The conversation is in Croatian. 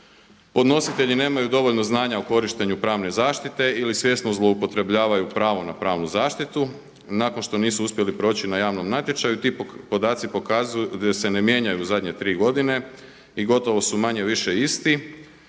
podnositelji nemaju dovoljno znanja u korištenju pravne zaštite ili svjesno zloupotrebljavaju pravo na pravnu zaštitu, nakon što nisu uspjeli proći na javnom natječaju ti podaci pokazuju da se ne mijenjaju u zadnje tri godine i gotovo su manje-više isti